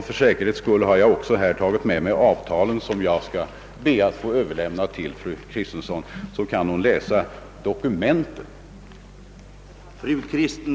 För säkerhets skull har jag tagit med mig avtalen, som jag ber att få överlämna till fru Kristensson, så kan hon själv läsa dokumenten.